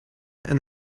and